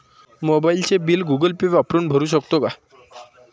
मोबाइलचे bill Google Pay वापरून भरू शकतो का?